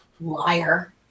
Liar